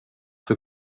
för